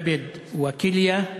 כבד וכליה.